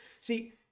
See